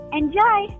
Enjoy